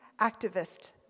activist